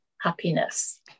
happiness